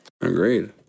Agreed